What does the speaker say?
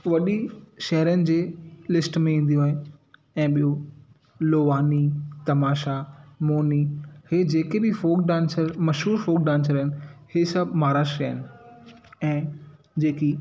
वॾी शहरनि जे लिस्ट में ईंदियूं आहिनि ऐं ॿियो लोवानी तमाशा मोनी इहे जेके बि फॉक डांस मशहूरु फॉक डांसर आहिनि इहे सभु महाराष्ट्रा जा आहिनि ऐं जेकी